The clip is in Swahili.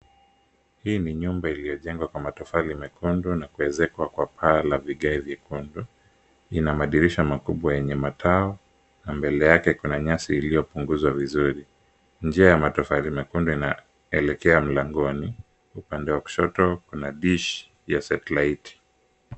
Hii ni nyumba iliyojengwa kwa matofali mekundu na kuezekwa kwa paa la vigae vyekundu. Ina madirisha makubwa yenye mataa na mbele yake kuna nyasi iliyopunguzwa vizuri. Njia ya matofali mekundu inayoelekea mlangoni, upande wa kushoto kuna dish ya satellite .